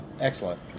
Excellent